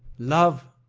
love,